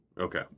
Okay